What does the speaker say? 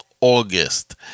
August